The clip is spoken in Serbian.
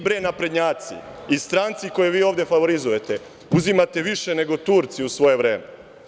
Vi, bre naprednjaci i stranci koje ovde favorizujete, uzimate više nego Turci u svoje vreme.